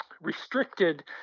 restricted